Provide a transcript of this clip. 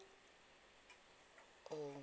um